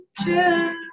true